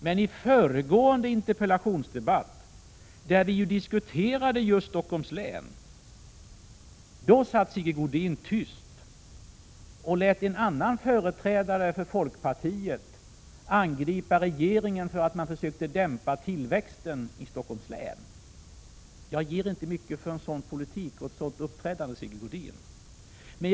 Men i föregående interpellationsdebatt, där vi ju diskuterade just Stockholms län, satt Sigge Godin tyst och lät en annan företrädare för folkpartiet angripa regeringen för att vi försöker dämpa tillväxten i Stockholms län. Jag ger inte mycket för en sådan politik och ett sådant uppträdande, Sigge Godin.